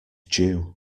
due